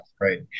Right